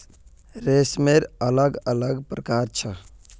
रेशमेर अलग अलग प्रकार छ